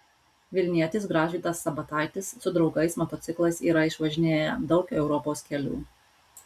vilnietis gražvydas sabataitis su draugais motociklais yra išvažinėję daug europos kelių